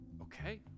okay